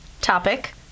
topic